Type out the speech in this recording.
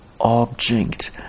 object